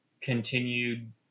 continued